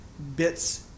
Bits